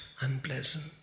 unpleasant